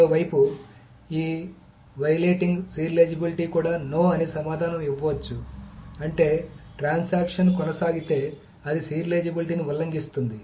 మరోవైపు ఈ violating serialisability కూడా నో అని సమాధానం ఇవ్వవచ్చు అంటే ట్రాన్సాక్షన్ కొనసాగితే అది సీరియలైజేబిలిటీని ఉల్లంఘిస్తుంది